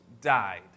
died